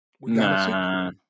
Nah